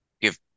give